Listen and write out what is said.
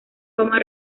fama